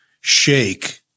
shake